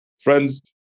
Friends